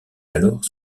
alors